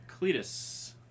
Cletus